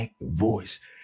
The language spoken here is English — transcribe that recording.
voice